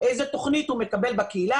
איזה תוכנית שהוא מקבל בקהילה,